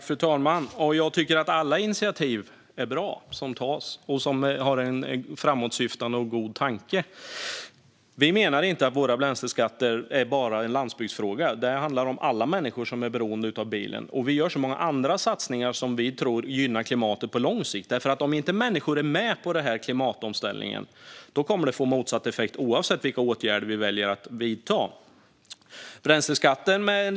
Fru talman! Jag tycker att alla initiativ som tas med en framåtsyftande och god tanke är bra. Vi menar inte att bränsleskatterna bara är en landsbygdsfråga. Det handlar om alla människor som är beroende av bilen. Och vi gör så många andra satsningar som vi tror gynnar klimatet på lång sikt, för om inte människor är med på klimatomställningen kommer det att få motsatt effekt, oavsett vilka åtgärder vi väljer att vidta.